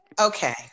Okay